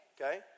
Okay